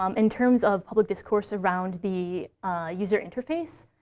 um in terms of public discourse around the user interface,